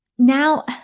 Now